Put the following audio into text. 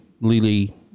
Lily